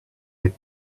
had